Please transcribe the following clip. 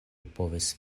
povis